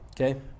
okay